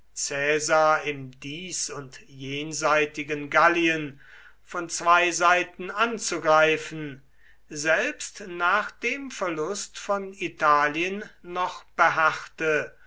im dies und jenseitigen gallien von zwei seiten anzugreifen selbst nach dem verlust von italien noch beharrte